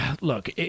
Look